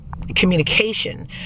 Communication